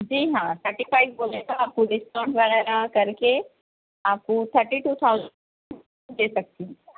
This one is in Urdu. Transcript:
جی ہاں تھرٹی فائو بولے تھا آپ کو ڈسکاؤنٹ وغیرہ کر کے آپ کو تھرٹی ٹو تھاؤزینڈ دے سکتی ہیں